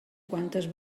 quantes